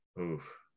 Oof